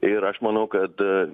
ir aš manau kad